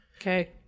Okay